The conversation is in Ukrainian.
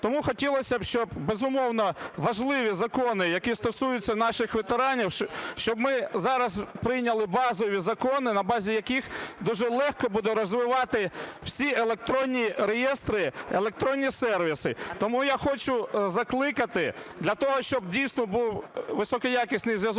Тому хотілося б, щоб безумовно важливі закони, які стосуються наших ветеранів, щоб ми зараз прийняли базові закони, на базі яких дуже легко буде розвивати всі електронні реєстри, електронні сервіси. Тому я хочу закликати для того, щоб дійсно був високоякісний зв'язок